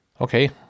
Okay